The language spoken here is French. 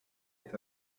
est